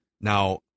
now